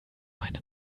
meine